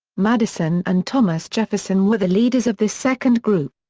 madison and thomas jefferson were the leaders of this second group.